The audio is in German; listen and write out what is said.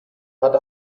hat